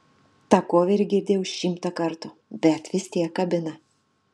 tą koverį girdėjau šimtą kartų bet vis tiek kabina